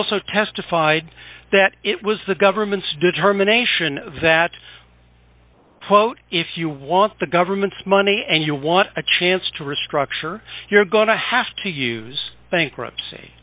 also testified that it was the government's determination that quote if you want the government's money and you want a chance to restructure you're going to have to use bankruptcy